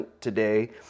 today